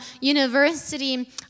university